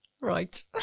Right